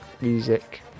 music